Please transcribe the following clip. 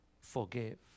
forgive